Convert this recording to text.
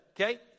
okay